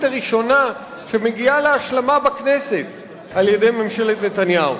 הראשונה שמגיעה להשלמה בכנסת על-ידי ממשלת נתניהו.